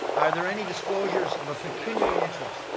are there any disclosures of a pecuniary interest?